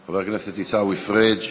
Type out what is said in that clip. חבר הכנסת עיסאווי פריג',